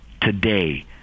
today